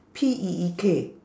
P E E K